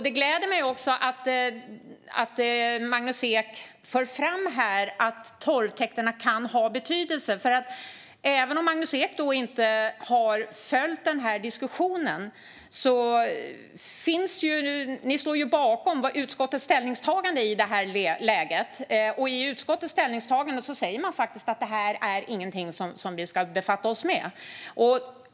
Det gläder mig också att Magnus Ek här för fram att torvtäkterna kan ha betydelse. Även om Magnus Ek inte har följt denna diskussion står ni bakom utskottets ställningstagande i detta läge. Och i utskottets ställningstagande sägs det faktiskt att detta inte är någonting som vi ska befatta oss med.